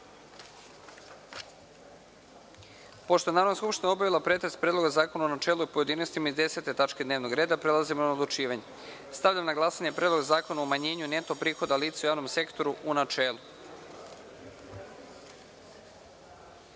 je Narodna skupština obavila pretres Predloga zakona u načelu i u pojedinostima iz 10. tačke dnevnog reda, prelazimo na odlučivanje. Stavljam na glasanje Predlog zakona o umanjenju neto prihoda lica u javnom sektoru u načelu. Molim